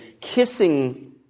kissing